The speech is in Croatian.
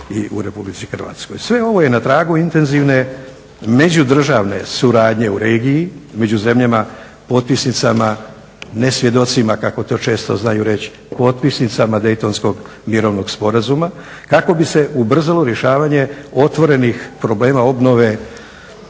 Sve ovo je na tragu intenzivne međudržavne suradnje u regiji, među zemljama potpisnicama, ne svjedocima kako to često znaju reći, potpisnicama Daytonskog mirovnog sporazuma, kako bi se ubrzalo rješavanje otvorenih problema obnove